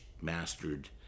mastered